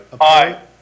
Aye